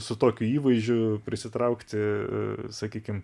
su tokiu įvaizdžiu prisitraukti e sakykim